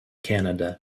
canada